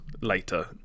later